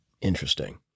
Interesting